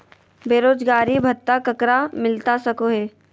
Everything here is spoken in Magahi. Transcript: बेरोजगारी भत्ता ककरा मिलता सको है?